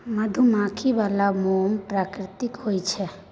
मधुमाछी बला मोम प्राकृतिक होए छै